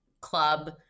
club